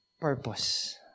purpose